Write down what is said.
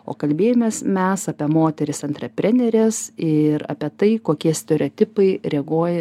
o kalbėjomės mes apie moteris antrepreneres ir apie tai kokie stereotipai reaguoja